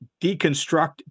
deconstruct